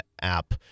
app